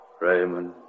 Raymond